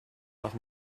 nach